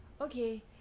okay